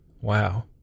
Wow